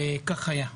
וכך היה.